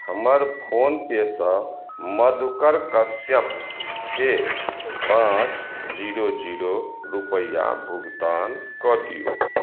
हमर फोनपेसँ मधुकर कश्यपके पाँच जीरो जीरो रूपैआ भुगतान कऽ दियौ